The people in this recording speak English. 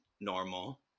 normal